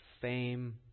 fame